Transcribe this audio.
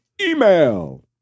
email